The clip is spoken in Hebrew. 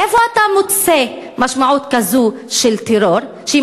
איפה אתה מוצא משמעות כזאת של טרור שהיא